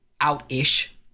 out-ish